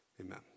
amen